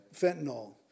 Fentanyl